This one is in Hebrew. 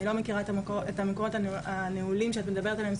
אני לא מכירה את המקומות הנעולים שאת מדברת עליהם,